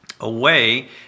away